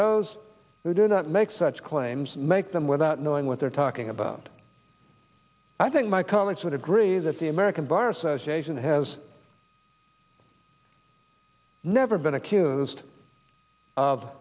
those who do not make such claims make them without knowing what they're talking about i think my comments would agree that the american bar association has never been accused of